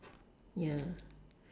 ya